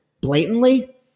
blatantly